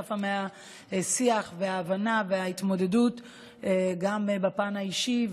צפה מהשיח וההבנה וההתמודדות גם בפן האישי,